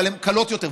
אבל הן קלות יותר,